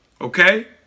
okay